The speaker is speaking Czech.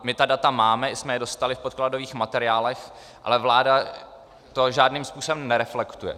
My ta data máme, dostali jsme je v podkladových materiálech, ale vláda to žádným způsobem nereflektuje.